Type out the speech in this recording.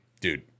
dude